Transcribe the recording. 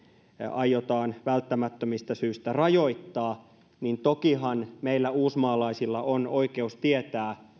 aiotaan välttämättömistä syistä rajoittaa niin tokihan meillä uusmaalaisilla on oikeus tietää